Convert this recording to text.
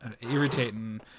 irritating